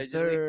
sir